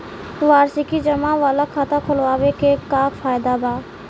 वार्षिकी जमा वाला खाता खोलवावे के का फायदा बा?